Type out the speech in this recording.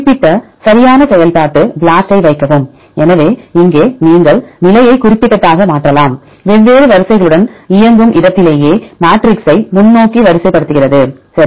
குறிப்பிட்ட சரியான செயல்பாட்டு BLAST ஐ வைக்கவும் எனவே இங்கே நீங்கள் நிலையை குறிப்பிட்டதாக மாற்றலாம் வெவ்வேறு வரிசைகளுடன் இயங்கும் இடத்திலேயே மெட்ரிக்ஸை முன்னோக்கி வரிசைப்படுத்துகிறது சரி